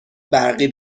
برقی